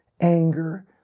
anger